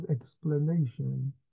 explanation